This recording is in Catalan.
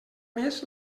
més